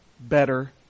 better